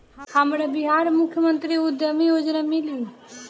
हमरा बिहार मुख्यमंत्री उद्यमी योजना मिली?